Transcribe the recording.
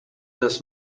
this